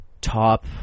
top